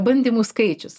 bandymų skaičius